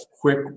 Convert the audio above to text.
quick